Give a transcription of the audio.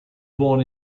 born